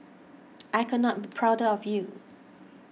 I could not be prouder of you